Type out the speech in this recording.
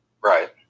Right